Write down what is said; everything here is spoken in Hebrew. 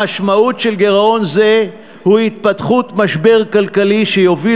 המשמעות של גירעון זה היא התפתחות משבר כלכלי שיוביל